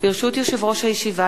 ברשות יושב-ראש הישיבה,